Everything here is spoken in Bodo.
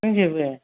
दंजोबो